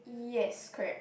yes correct